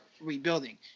rebuilding